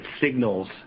signals